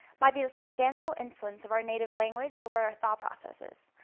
might be the substantial influence of our native language over our thought processes.